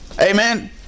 Amen